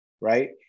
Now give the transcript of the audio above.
right